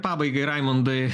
pabaigai raimundai